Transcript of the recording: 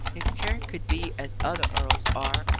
if carrick could be as other earls are,